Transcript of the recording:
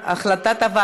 תודה רבה לחברת הכנסת רחל